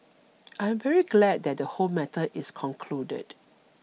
I'm very glad that the whole matter is concluded